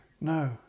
no